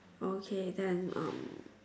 okay then um